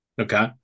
Okay